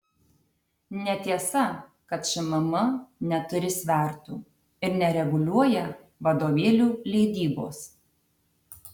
netiesa kad šmm neturi svertų ir nereguliuoja vadovėlių leidybos